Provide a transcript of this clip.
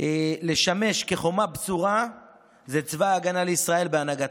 לשמש חומה בצורה זה צבא ההגנה לישראל בהנהגתך.